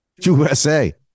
USA